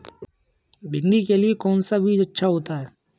भिंडी के लिए कौन सा बीज अच्छा होता है?